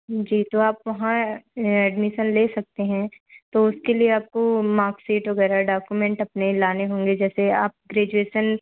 जी तो आप वहाँ एडमिसन ले सकते हैं तो उसके लिए आपको मार्क्सशीट वग़ैरह डॉक्युमेंट अपने लाने होंगे जैसे आप ग्रेजूयसन